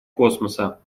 космоса